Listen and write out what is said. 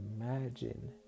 imagine